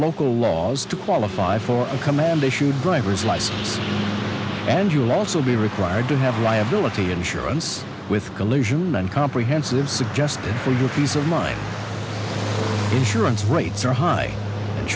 local laws to qualify for a command issued driver's license and you will also be required to have liability insurance with collision and comprehensive suggested for your peace of mind insurance rates are high and